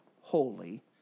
holy